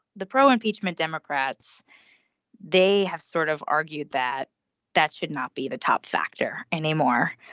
the pro impeachment democrats they have sort of argued that that should not be the top factor anymore.